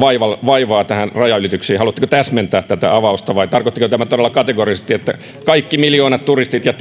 vaivaa vaivaa rajanylityksiin haluatteko täsmentää tätä avausta vai tarkoittiko tämä todella kategorisesti että kaikki miljoonat turistit ja